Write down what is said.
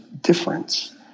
difference